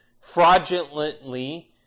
fraudulently